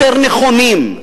יותר נכונים,